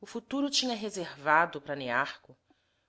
o futuro tinha reservado para nearco